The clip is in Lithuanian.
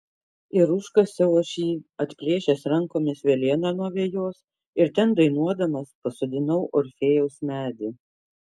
ir užkasiau aš jį atplėšęs rankomis velėną nuo vejos ir ten dainuodamas pasodinau orfėjaus medį